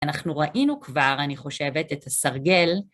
אנחנו ראינו כבר, אני חושבת, את הסרגל.